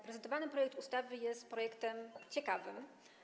Prezentowany projekt ustawy jest projektem ciekawym.